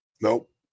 nope